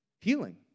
Healing